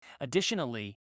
Additionally